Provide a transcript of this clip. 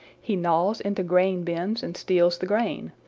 he gnaws into grain bins and steals the grain.